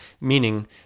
meaning